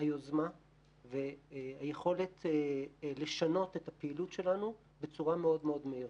היוזמה והיכולת לשנות את הפעילות שלנו בצורה מאוד מאוד מהירה.